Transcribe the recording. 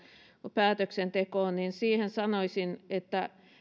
päätöksentekoon siihen sanoisin että